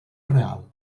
real